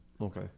Okay